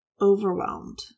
overwhelmed